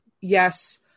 yes